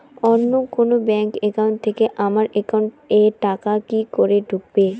অন্য কোনো bank account থেকে আমার একাউন্ট এ টাকা কি করে ঢুকবে?